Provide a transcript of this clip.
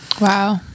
wow